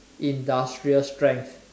industrial strength